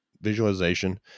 visualization